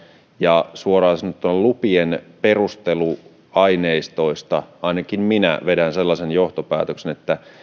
ja suoraan sanottuna lupien perusteluaineistoista ainakin minä vedän sellaisen johtopäätöksen että